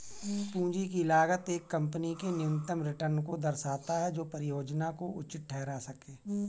पूंजी की लागत एक कंपनी के न्यूनतम रिटर्न को दर्शाता है जो परियोजना को उचित ठहरा सकें